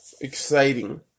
exciting